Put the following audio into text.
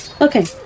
Okay